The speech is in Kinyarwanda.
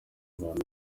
bantu